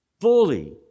Fully